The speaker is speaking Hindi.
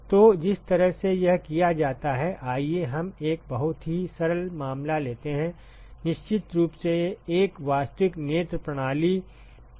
तो जिस तरह से यह किया जाता है आइए हम एक बहुत ही सरल मामला लेते हैं निश्चित रूप से एक वास्तविक नेत्र प्रणाली वास्तविक नेत्र प्रणाली इतनी सरल नहीं है